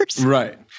Right